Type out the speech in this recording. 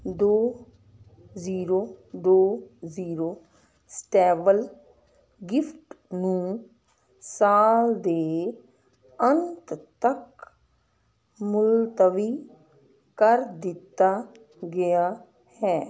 ਦੋ ਜ਼ੀਰੋ ਦੋ ਜ਼ੀਰੋ ਸਟੈਵਲ ਗਿਫਟ ਨੂੰ ਸਾਲ ਦੇ ਅੰਤ ਤੱਕ ਮੁਲਤਵੀ ਕਰ ਦਿੱਤਾ ਗਿਆ ਹੈ